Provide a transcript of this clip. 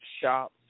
Shop